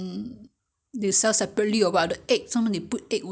put anything you want there's there's no you know